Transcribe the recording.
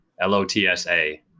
L-O-T-S-A